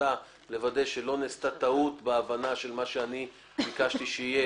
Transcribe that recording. שמטרתה לוודא שלא נעשתה טעות בהבנה של מה שאני ביקשתי שיהיה